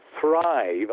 thrive